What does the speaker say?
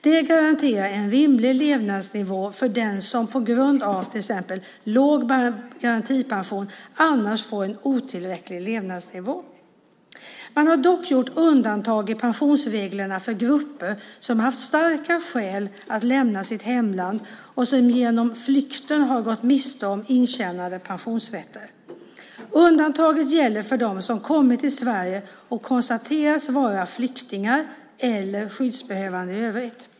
Det garanterar en rimlig levnadsnivå för den som på grund av till exempel låg garantipension annars får en otillräcklig levnadsnivå. Man har dock gjort undantag i pensionsreglerna för grupper som har haft starka skäl att lämna sitt hemland och som genom flykten har gått miste om intjänade pensionsrätter. Undantaget gäller för dem som kommit till Sverige och konstaterats vara flyktingar eller skyddsbehövande i övrigt.